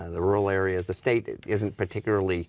and the rural areas the state isn't particularly